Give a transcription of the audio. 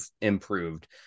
improved